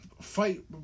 fight